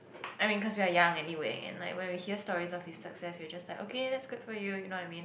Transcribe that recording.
I mean because we're young anyway and like when we hear stories of his success we're just like okay that's good for you